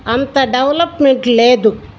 అంత డెవలప్మెంట్ లేదు